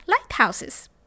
lighthouses